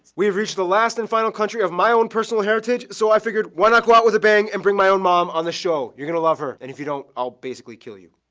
we have reached the last and final country of my own personal heritage. so i figured, why not go out with a bang and bring my own mom on the show? you'll gonna love her. and if you don't, i'll basically kill you.